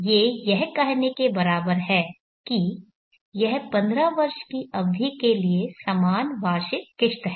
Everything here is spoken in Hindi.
ये यह कहने के बराबर है कि यह पंद्रह वर्ष की अवधि के लिए समान वार्षिक किश्त है